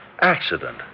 accident